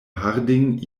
harding